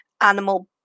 animal